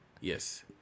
Yes